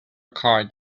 card